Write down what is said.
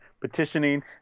petitioning